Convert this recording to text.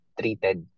treated